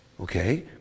okay